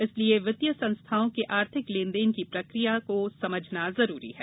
इसलिए वित्तीय संस्थाओं के आर्थिक लेन देन की प्रक्रिया को समझना जरूरी है